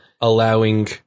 allowing